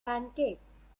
pancakes